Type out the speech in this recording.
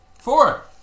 Four